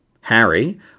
Harry